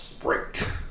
great